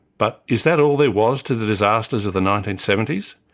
but is that all there was to the disasters of the nineteen seventy s,